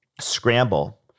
scramble